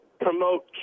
promote